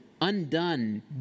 Undone